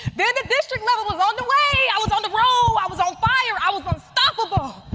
then the district level was on the way! i was on the road, i was on fire, i was unstoppable!